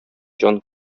җан